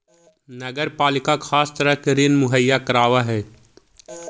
नगर पालिका खास तरह के ऋण मुहैया करावऽ हई